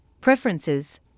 preferences